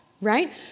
right